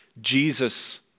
Jesus